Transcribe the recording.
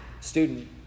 student